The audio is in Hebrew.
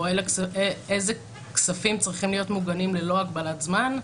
אילו כספים צריכים להיות מוגנים ללא הגבלת זמן.